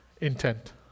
intent